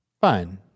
Fine